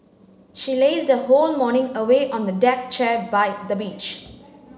she lazed her whole morning away on the deck chair by the beach